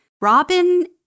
Robin